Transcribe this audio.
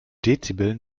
dezibel